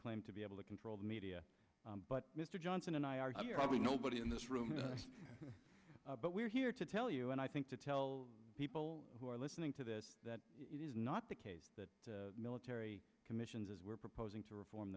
claim to be able to control the media but mr johnson and i are probably nobody in this room but we're here to tell you and i think to tell people who are listening to this that it is not the case that military commissions as we're proposing to reform